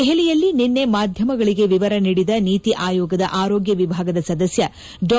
ದೆಹಲಿಯಲ್ಲಿ ನಿನ್ನೆ ಮಾಧ್ಯಮಗಳಿಗೆ ವಿವರ ನೀಡಿದ ನೀತಿ ಆಯೋಗದ ಆರೋಗ್ಟ ವಿಭಾಗದ ಸದಸ್ಯ ಡಾ